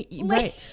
right